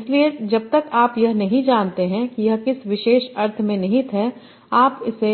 इसलिए जब तक आप यह नहीं जानते कि यह किस विशेष अर्थ में निहित है आप इसका